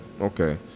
okay